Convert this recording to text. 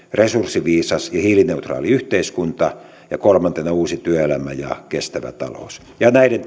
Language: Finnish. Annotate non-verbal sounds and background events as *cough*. resurssiviisas ja hiilineutraali yhteiskunta ja kolmantena uusi työelämä ja kestävä talous näiden *unintelligible*